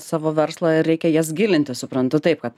savo verslą reikia jas gilinti suprantu taip kad